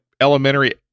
elementary